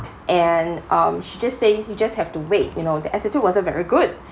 and um she just say you just have to wait you know the attitude wasn't very good